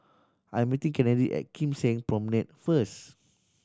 I'm meeting Kennedy at Kim Seng Promenade first